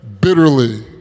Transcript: bitterly